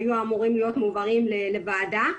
היו אמורים להיות מועברים לוועדה.